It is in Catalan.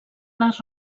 les